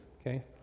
Okay